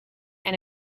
and